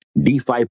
DeFi